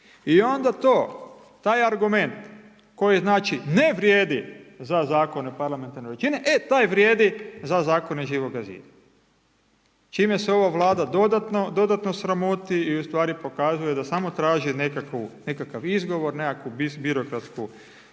i onda to, taj argument, koji znači ne vrijedi za zakone parlamentarne većine, e taj vrijedi za zakone Živoga zida, čime se ova vlada dodatno sramoti i ustvari pokazuje da samo traži nekakav izgovor, nekakvu birokratsku